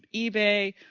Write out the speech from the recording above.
ebay,